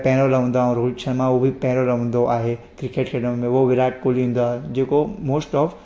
पहिरियों रहंदो आहे रोहित शर्मा उहो बि पहिरियों रहंदो आहे क्रिकेट खेॾण में पोइ विराट कोहली ईंदो आहे जेको मोस्ट ऑफ